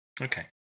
Okay